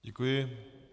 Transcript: Děkuji.